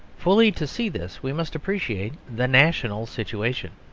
fully to see this we must appreciate the national situation.